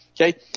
Okay